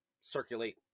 circulate